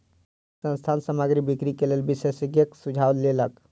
संस्थान सामग्री बिक्री के लेल विशेषज्ञक सुझाव लेलक